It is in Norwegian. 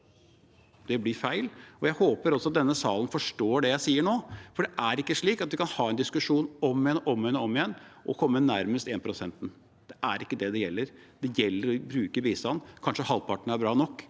Det blir feil. Jeg håper også denne salen forstår det jeg sier nå, for det er ikke slik at vi kan ha en diskusjon om og om igjen om å komme nærmest 1-prosenten. Det er ikke det det gjelder. Det gjelder å bruke bistand, kanskje halvparten er bra nok,